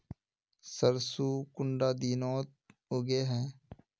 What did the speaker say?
सरसों कुंडा दिनोत उगैहे?